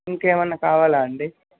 ఇంకేమన్నా కావాలా అండి